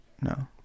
No